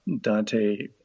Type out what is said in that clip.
Dante